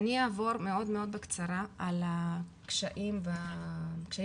אני אעבור מאוד מאוד בקצרה על הקשיים העיקריים